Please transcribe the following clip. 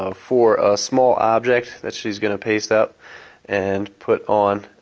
ah for a small object that she's going to paste up and put on,